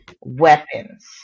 weapons